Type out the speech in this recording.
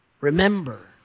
remember